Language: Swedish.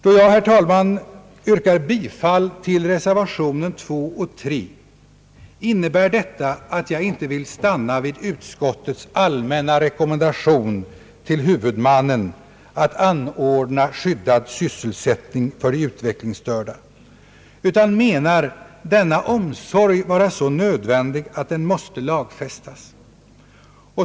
Då jag, herr talman, yrkar bifall till reservationerna II och III, innebär detta att jag inte vill stanna vid utskottets allmänna rekommendation till huvudmannen att anordna skyddad sysselsättning för de utvecklingsstörda utan menar denna omsorg vara så nödvändig att den måste lagfästas.